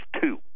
two